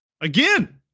again